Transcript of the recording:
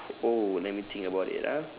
oh let me think about it ah